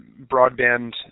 broadband